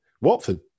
Watford